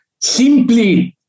simply